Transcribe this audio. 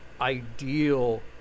ideal